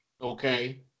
Okay